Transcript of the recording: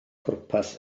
pwrpas